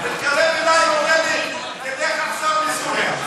מתקרב אלי ואומר לי: לך עכשיו לסוריה.